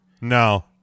No